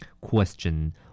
Question